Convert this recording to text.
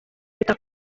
butaka